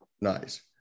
Nice